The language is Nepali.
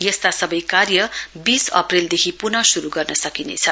यस्ता सवै कार्य वीस अप्रेलदेखि पुन शुरु गर्न सकिनेछ